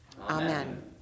Amen